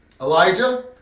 Elijah